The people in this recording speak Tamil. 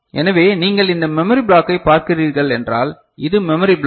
எனவே நீங்கள் இந்த மெமரி பிளாக்கைப் பார்க்கிறீர்கள் என்றால் இது மெமரி பிளாக்